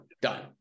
done